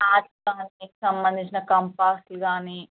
maths క్లాస్కి సంబంధించిన కంపాస్లు కానీ